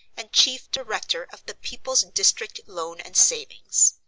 and chief director of the people's district loan and savings?